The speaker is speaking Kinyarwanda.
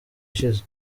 ishize